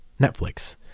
Netflix